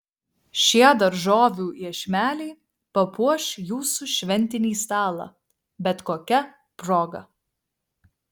šie daržovių iešmeliai papuoš jūsų šventinį stalą bet kokia proga